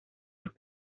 los